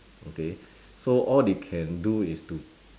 okay so all they can do is to